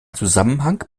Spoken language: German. zusammenhang